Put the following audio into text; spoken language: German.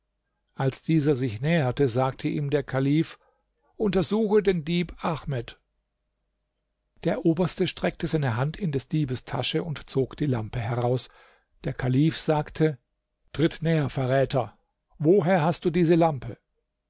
als dieser sich näherte sagte ihm der kalif untersuche den dieb ahmed der oberste streckte seine hand in des diebes tasche und zog die lampe heraus der kalif sagte tritt näher verräter woher hast du diese lampe